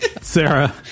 Sarah